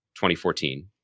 2014